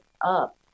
up